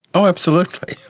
oh absolutely,